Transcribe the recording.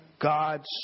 God's